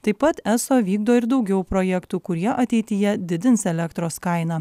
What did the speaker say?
taip pat eso vykdo ir daugiau projektų kurie ateityje didins elektros kainą